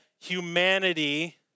humanity